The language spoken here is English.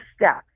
steps